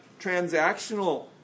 transactional